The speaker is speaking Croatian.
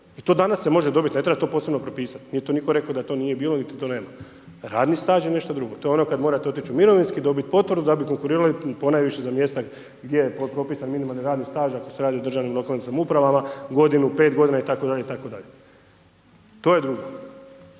i to danas se može dobiti, ne treba to posebno propisati, nije to nitko rekao da to nije bilo i niti da nema. Radni staž je nešto drugo. To je ono kad morate otići u mirovinski, dobiti potvrdu da bi konkurirali ponajviše za mjesta gdje je propisani minimalni radni staž ako se radi u državnim lokalnim samoupravama, godinu, 5 g. itd., itd. To je drugo.